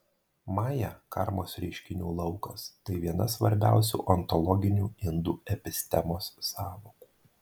maja karmos reiškinių laukas tai viena svarbiausių ontologinių indų epistemos sąvokų